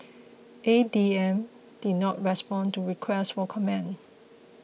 A D M did not respond to requests for comment